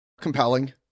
compelling